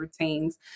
routines